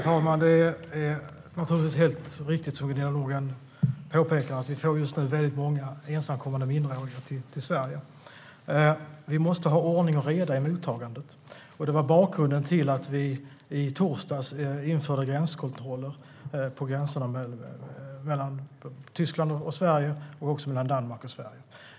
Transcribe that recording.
Herr talman! Som Gunilla Nordgren påpekar kommer mycket riktigt många ensamkommande minderåriga till Sverige just nu. Vi måste ha ordning och reda i mottagandet. Det är bakgrunden till att vi i torsdags införde gränskontroller vid gränserna mellan Tyskland och Sverige och Danmark och Sverige.